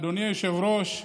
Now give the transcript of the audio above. אדוני היושב-ראש,